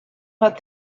but